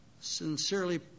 sincerely